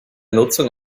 nutzung